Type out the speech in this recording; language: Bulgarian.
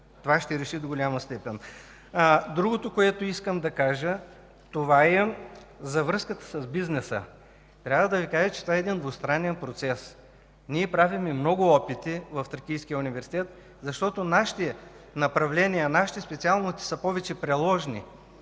Това ще реши до голяма степен въпроса. Другото, което искам да кажа, това е за връзката с бизнеса. Трябва да Ви кажа, че това е един двустранен процес. Ние правиме много опити в Тракийския университет. Нашите направления, нашите специалности са повече приложни.